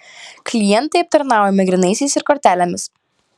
klientai aptarnaujami grynaisiais ir kortelėmis